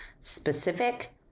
specific